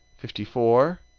fifty four.